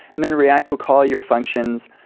and then react will call your functions.